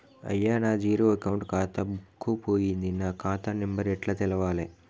అయ్యా నా zero account ఖాతా బుక్కు పోయింది నా ఖాతా నెంబరు ఎట్ల తెలవాలే?